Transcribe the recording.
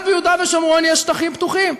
גם ביהודה ושומרון יש שטחים פתוחים.